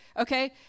Okay